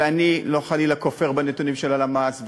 ואני לא כופר חלילה בנתונים של הלמ"ס,